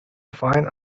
find